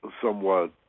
somewhat